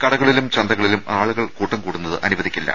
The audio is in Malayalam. കടകളിലും ചന്തകളിലും ആളുകൾ കൂട്ടംകൂടുന്നത് അനുവദിക്കില്ല